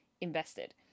invested